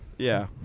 yeah.